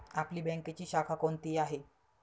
आपली बँकेची शाखा कोणती आहे